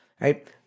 right